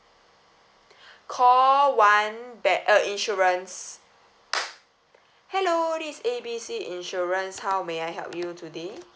call one ba~ uh insurance hello this is A B C insurance how may I help you today